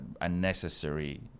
unnecessary